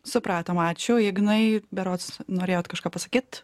supratom ačiū ignai berods norėjot kažką pasakyt